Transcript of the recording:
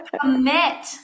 commit